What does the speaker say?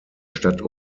stadt